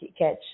catch